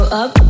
up